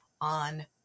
on